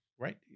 right